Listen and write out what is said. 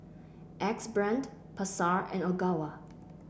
Axe Brand Pasar and Ogawa